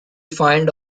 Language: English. feigned